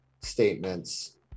statements